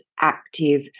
active